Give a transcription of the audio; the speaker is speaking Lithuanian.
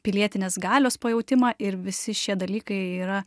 pilietinės galios pajautimą ir visi šie dalykai yra